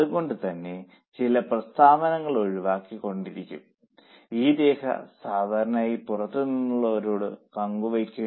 അതുകൊണ്ട് തന്നെ ചില പ്രസ്താവനകൾ ഒഴിവാക്കി കൊണ്ടായിരിക്കും ഈ രേഖ സാധാരണ പുറത്തുനിന്നുള്ളവരോട് പങ്കുവയ്ക്കുന്നത്